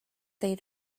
they